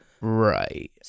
Right